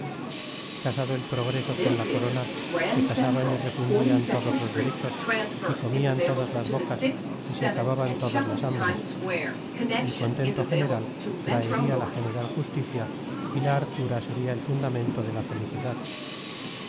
casado el progreso con la corona se casaban y refundían todos los derechos y comían todas las bocas y se acababan todas las hambres el contento general traería la general justicia y la hartura sería el fundamento de la felicidad